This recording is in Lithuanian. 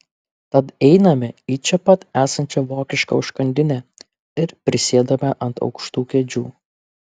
tad einame į čia pat esančią vokišką užkandinę ir prisėdame ant aukštų kėdžių